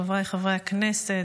חבריי חברי הכנסת,